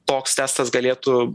toks testas galėtų